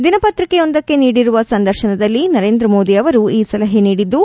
ದಿನಪತ್ರಿಕೆಯೊಂದಕ್ಕೆ ನೀಡಿರುವ ಸಂದರ್ಶನದಲ್ಲಿ ನರೇಂದ್ರಮೋದಿ ಅವರು ಈ ಸಲಹೆ ನೀಡಿದ್ದು